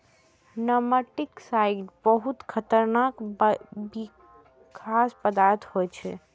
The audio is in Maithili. नेमाटिसाइड्स बहुत खतरनाक बिखाह पदार्थ होइ छै